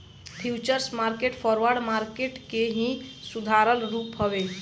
futures market forward market के ही सुधारल रूप हवे